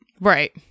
Right